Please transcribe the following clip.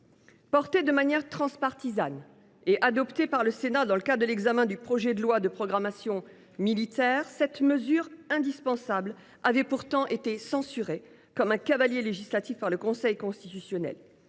Portée de manière transpartisane, et adoptée par le Sénat dans le cadre de l’examen du projet de loi de programmation militaire, cette mesure indispensable avait pourtant été censurée par le Conseil constitutionnel,